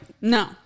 No